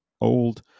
old